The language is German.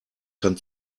kann